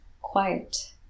quiet